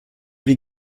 wie